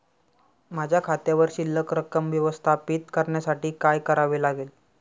माझ्या खात्यावर शिल्लक रक्कम व्यवस्थापित करण्यासाठी काय करावे लागेल?